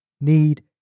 need